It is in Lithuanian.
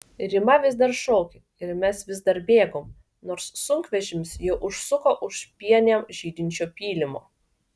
rima vis dar šaukė ir mes vis dar bėgom nors sunkvežimis jau užsuko už pienėm žydinčio pylimo